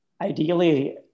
ideally